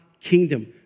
kingdom